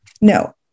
No